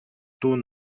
дүү